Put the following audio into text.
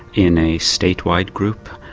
in a state wide group,